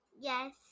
Yes